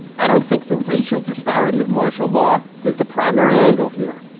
i don't think the racial disparity of martial law is the primary angle here.